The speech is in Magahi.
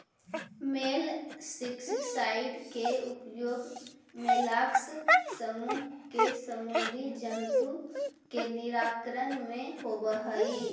मोलस्कीसाइड के उपयोग मोलास्क समूह के समुदी जन्तु के निराकरण में होवऽ हई